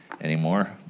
anymore